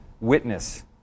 witness